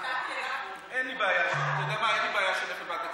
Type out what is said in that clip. אתה יודע מה, אין לי בעיה שנלך לוועדת כספים.